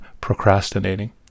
procrastinating